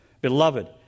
Beloved